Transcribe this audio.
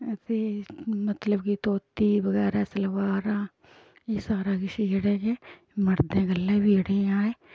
ते मतलब कि धोती बगैरा सलवारां एह् सारा किश जेह्ड़े हे मड़दे गल्ले बी जेह्ड़ियां एह्